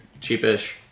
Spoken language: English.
Cheapish